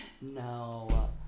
no